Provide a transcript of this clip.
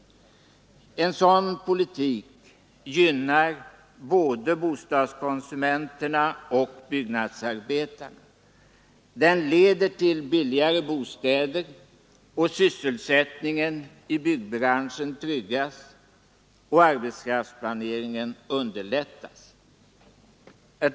En sådan politik gynnar både bostadskonsumenterna och byggnadsarbetarna. Den leder till billigare bostäder, sysselsättningen i byggbranschen tryggas och arbetskraftsplaneringen underlättas.